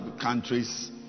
countries